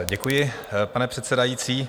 Děkuji, pane předsedající.